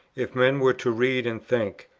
if men were to read and think.